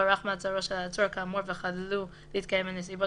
הוארך מעצרו של העצור כאמור וחדלו להתקיים הנסיבות